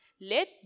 Let